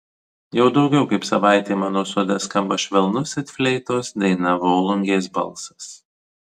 jau daugiau kaip savaitė mano sode skamba švelnus it fleitos daina volungės balsas